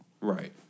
Right